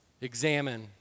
examine